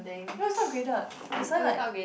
ya it's not graded that's why like